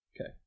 Okay